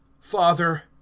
Father